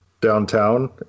downtown